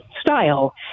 style